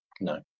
No